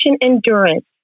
endurance